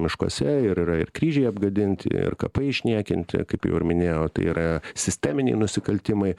miškuose ir yra kryžiai apgadinti ir kapai išniekinti kaip jau ir minėjau tai yra sisteminiai nusikaltimai